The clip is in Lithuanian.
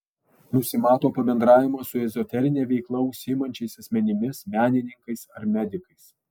nusimato pabendravimas su ezoterine veikla užsiimančiais asmenimis menininkais ar medikais